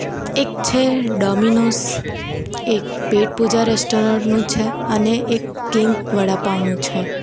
એક છે ડોમિનોઝ એક પેટપૂજા રેસ્ટોરન્ટનું છે ને એક કિંગ વડાપાંવનું છે